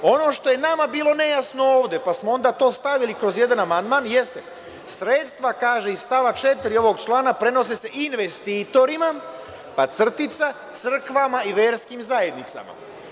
Ono što je nama bilo nejasno ovde, pa smo to onda stavili kroz jedan amandman jeste, kaže, sredstva iz stava 4. ovog člana prenose se investitorima – crkvama i verskim zajednicama.